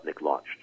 launched